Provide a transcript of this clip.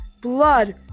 blood